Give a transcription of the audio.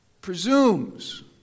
presumes